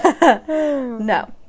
No